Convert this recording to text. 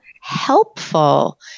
helpful